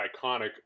iconic